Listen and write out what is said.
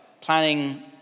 planning